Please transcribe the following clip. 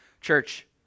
Church